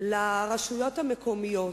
לרשויות המקומיות,